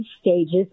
stages